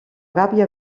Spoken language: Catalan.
gàbia